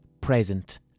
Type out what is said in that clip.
present